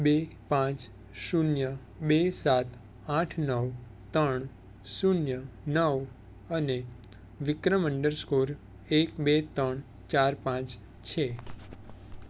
બે પાંચ શૂન્ય બે સાત આઠ નવ ત્રણ શૂન્ય નવ અને વિક્રમ અંડરસ્કોર એક બે ત્રણ ચાર પાંચ છે